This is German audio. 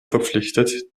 verpflichtet